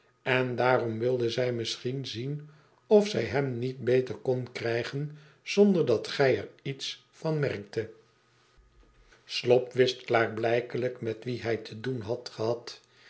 en daarom wilde zij misschien zien of zij hem niet beter kon krijgen zonder dat gij er iets van merktet slop wist klaarblijkelijk met me hij te doen had gehad